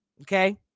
Okay